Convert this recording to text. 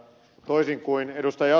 toisin kuin ed